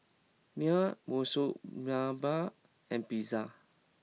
Naan Monsunabe and Pizza